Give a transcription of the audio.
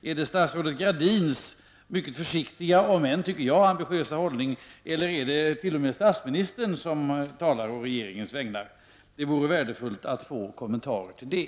Är det statsrådet Gradin med sin mycket försiktiga, om än ambitiösa, hållning eller är det statsministern som talar å regeringens vägnar? Det vore värdefullt att få en kommentar till det.